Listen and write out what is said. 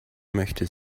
möchte